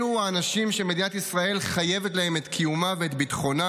אלה האנשים שמדינת ישראל חייבת להם את קיומה ואת ביטחונה,